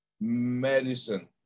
medicine